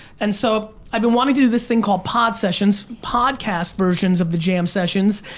and so, i've been wanting to do this thing called podsessions, podcast versions of the jam sessions,